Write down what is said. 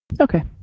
Okay